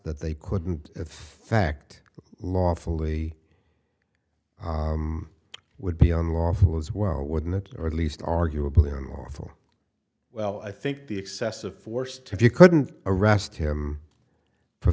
that they couldn't if fact lawfully would be unlawful as well wouldn't it or at least arguably unlawful well i think the excessive force to if you couldn't arrest him for